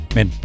Men